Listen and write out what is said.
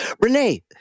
Renee